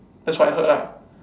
that's what I heard lah